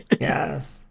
Yes